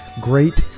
Great